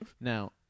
Now